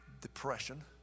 depression